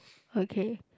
okay